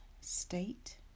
state